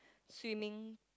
swimming